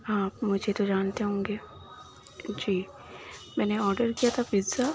آپ مجھے تو جانتے ہوں گے جی میں نے آڈر کیا تھا پزا